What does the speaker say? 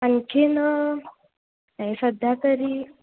आणखीन हे सध्या तरी